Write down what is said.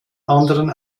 anderen